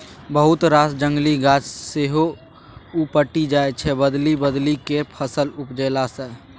बहुत रास जंगली गाछ सेहो उपटि जाइ छै बदलि बदलि केँ फसल उपजेला सँ